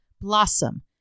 Blossom